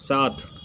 सात